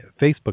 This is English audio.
Facebook